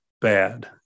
bad